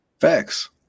Facts